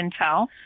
Intel